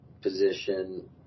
position